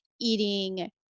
eating